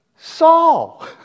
Saul